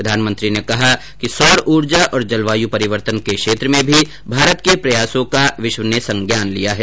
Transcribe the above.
प्रधानमंत्री ने कहा कि सौर ऊर्जा और जलवाय परिवर्तन के क्षेत्र में भी भारत के प्रयासों का विश्व ने संज्ञान लिया है